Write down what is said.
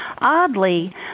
Oddly